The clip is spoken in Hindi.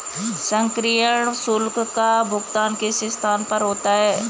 सक्रियण शुल्क का भुगतान किस स्थान पर होता है?